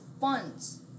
funds